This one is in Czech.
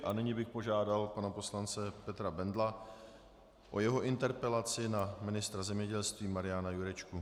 A nyní bych požádal pana poslance Petra Bendla o jeho interpelaci na ministra zemědělství Mariana Jurečku.